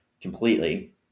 completely